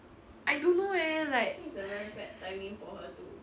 I don't know eh like